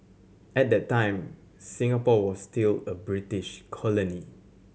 at that time Singapore was still a British colony